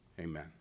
Amen